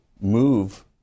move